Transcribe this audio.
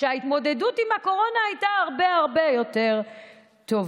שבהן ההתמודדות עם הקורונה הייתה הרבה הרבה יותר טובה.